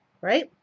Right